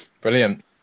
brilliant